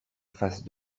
face